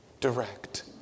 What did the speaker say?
direct